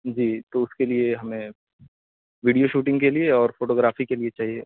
جی تو اس کے لیے ہمیں ویڈیو شوٹنگ کے لیے اور فوٹو گرافی کے لیے چاہیے